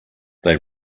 they